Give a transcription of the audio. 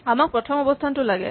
আমাক প্ৰথম অৱস্হানটো লাগে